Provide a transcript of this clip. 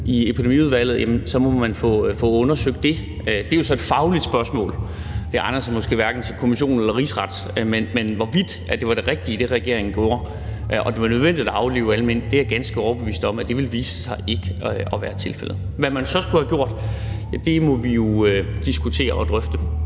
i Epidemiudvalget – så må man jo få undersøgt det. Det er jo så et fagligt spørgsmål. Det egner sig måske hverken til en kommission eller en rigsret. Men at det var det rigtige, regeringen gjorde, og det var nødvendigt at aflive alle mink, er jeg ganske overbevist om vil vise sig ikke at være tilfældet. Hvad man så skulle have gjort, må vi jo diskutere og drøfte.